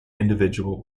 individual